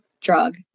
drug